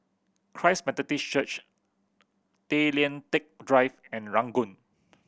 Christ Methodist Church Tay Lian Teck Drive and Ranggung